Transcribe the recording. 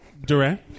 Durant